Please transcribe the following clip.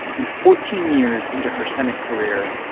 and fourteen years into her senate career,